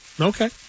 Okay